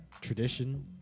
tradition